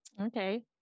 Okay